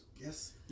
Yes